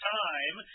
time